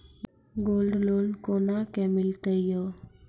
Gold loan कोना के मिलते यो?